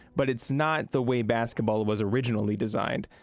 but it's not the way basketball was originally designed.